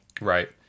Right